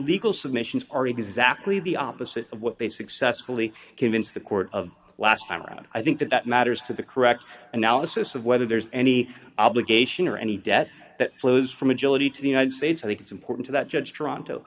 legal submissions are exactly the opposite of what they successfully convince the court of last time around i think that that matters to the correct analysis of whether there's any obligation or any debt that flows from agility to the united states i think it's important to that judge toronto